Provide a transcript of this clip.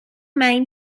main